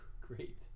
Great